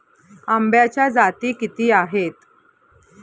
आंब्याच्या जाती किती आहेत?